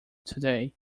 today